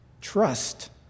trust